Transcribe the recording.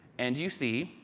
and you see,